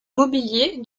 mobilier